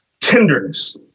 Tenderness